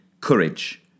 courage